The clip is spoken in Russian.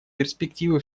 перспективы